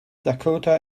dakota